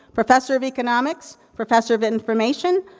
professor of economics, professor of information,